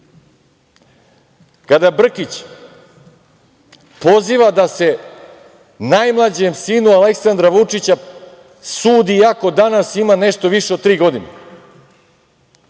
kada Brkić poziva da se najmlađem sinu Aleksandra Vučića sudi iako danas ima nešto više od tri godine?